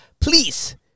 please